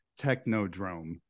Technodrome